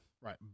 Right